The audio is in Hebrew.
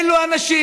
אלו האנשים.